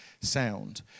sound